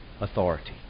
authority